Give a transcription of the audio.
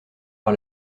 par